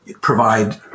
provide